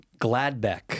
Gladbeck